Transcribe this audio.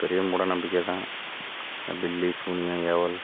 பெரிய மூடநம்பிக்கை தான் பில்லி சூனியம் ஏவல்